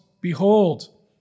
behold